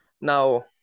Now